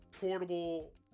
portable